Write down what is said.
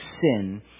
sin